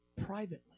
privately